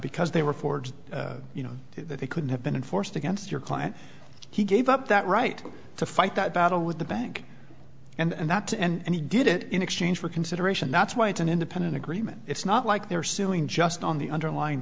because they were forged you know that they couldn't have been enforced against your client he gave up that right to fight that battle with the bank and that and he did it in exchange for consideration that's why it's an independent agreement it's not like they're suing just on the underlying